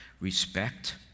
Respect